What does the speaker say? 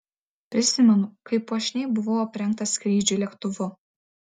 prisimenu kaip puošniai buvau aprengtas skrydžiui lėktuvu